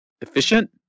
efficient